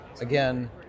again